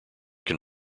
can